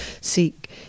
seek